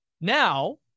Now